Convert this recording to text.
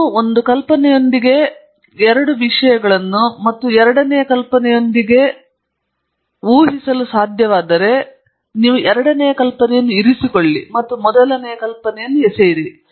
ನೀವು ಒಂದು ಕಲ್ಪನೆಯೊಂದಿಗೆ ಎರಡು ವಿಷಯಗಳನ್ನು ಮತ್ತು ಎರಡನೆಯ ಕಲ್ಪನೆಯೊಂದಿಗೆ ಊಹಿಸಲು ಸಾಧ್ಯವಾದರೆ ನೀವು ಎರಡನೆಯ ಕಲ್ಪನೆಯನ್ನು ಇರಿಸಿಕೊಳ್ಳಿ ಮತ್ತು ಮೊದಲನೆಯದನ್ನು ಎಸೆಯಿರಿ